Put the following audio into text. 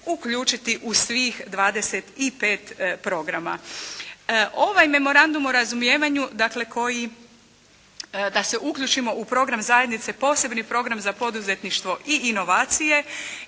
uključiti u svih 25 programa. Ovaj memorandum o razumijevanju, dakle, koji da se uključimo u program zajednice, posebni program za poduzetništvo i inovacije